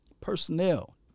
Personnel